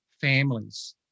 families